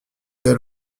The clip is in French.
ailes